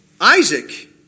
Isaac